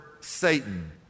Satan